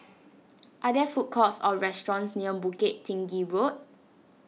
are there food courts or restaurants near Bukit Tinggi Road